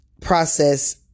process